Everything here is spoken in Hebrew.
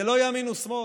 זה לא ימין ושמאל.